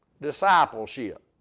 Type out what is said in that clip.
discipleship